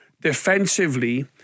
defensively